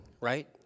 right